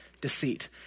deceit